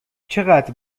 چقدر